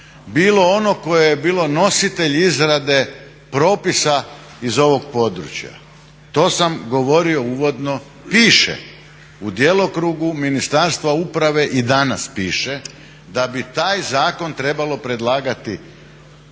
bilo ono koje je bilo nositelj izrade propisa iz ovog područja. To sam govorio uvodno, piše u djelokrugu Ministarstva uprave i danas piše, da bi taj zakon trebalo predlagati